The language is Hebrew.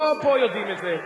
לא פה יודעים את זה,